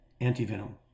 anti-venom